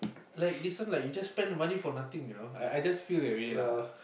like this one like you just spend the money for nothing you know I I just feel that way lah